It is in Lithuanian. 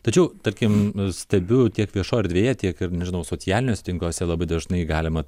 tačiau tarkim stebiu tiek viešoj erdvėje tiek ir nežinau socialiniuose tinkluose labai dažnai galima